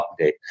update